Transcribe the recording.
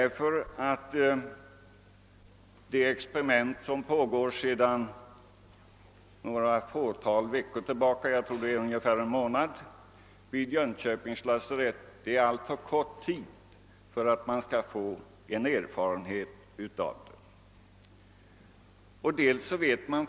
De försök som sedan ungefär en månad bedrives vid Jönköpings lasarett har pågått alltför kort tid för att man skall ha kunnat få några grundliga erfarenheter av dem.